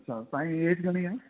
अच्छा तव्हांजी एज घणी आहे